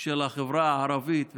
של החברה הערבית,